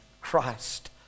Christ